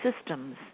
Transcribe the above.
systems